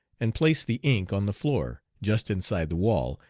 and placed the ink on the floor, just inside the wall,